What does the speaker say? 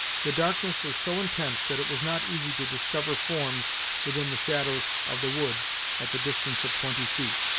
the darkness was so intense that it was not easy to discover forms within the shadows of the woods at the distance of twenty feet,